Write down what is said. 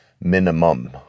minimum